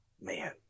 man